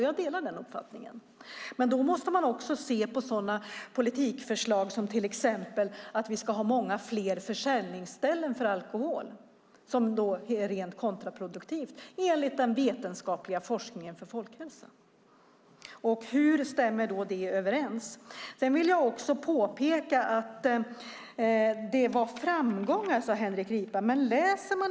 Jag delar den uppfattningen, men då måste man också se på sådana politikförslag som att vi till exempel ska ha många fler försäljningsställen för alkohol, vilket enligt den vetenskapliga forskningen är rent kontraproduktivt för folkhälsan. Hur stämmer det överens? Det har skett framgångar, sade Henrik Ripa.